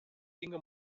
tinga